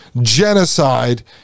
genocide